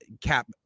cap